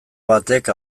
batek